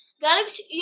Galaxy